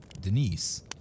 Denise